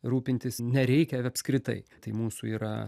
rūpintis nereikia apskritai tai mūsų yra